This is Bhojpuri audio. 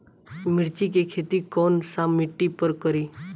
मिर्ची के खेती कौन सा मिट्टी पर करी?